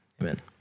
Amen